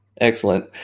Excellent